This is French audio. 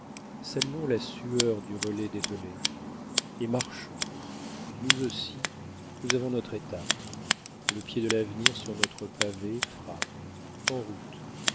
saluons la sueur du relais dételé et marchons nous aussi nous avons notre étape le pied de l'avenir sur notre pavé frappe en route